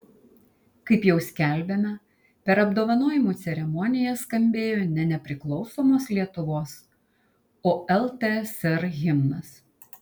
kaip jau skelbėme per apdovanojimų ceremoniją skambėjo ne nepriklausomos lietuvos o ltsr himnas